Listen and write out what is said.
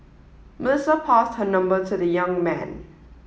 Melissa passed her number to the young man